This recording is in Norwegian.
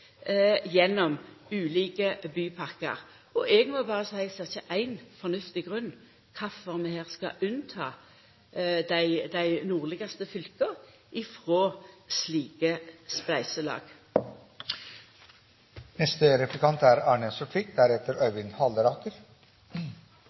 gjennom ulike bypakkar. Eg må berre seia at eg ikkje ser éin fornuftig grunn for kvifor vi skal frita dei nordlegaste fylka frå slike